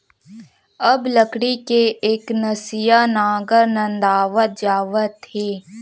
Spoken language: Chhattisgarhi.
अब लकड़ी के एकनसिया नांगर नंदावत जावत हे